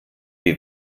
wie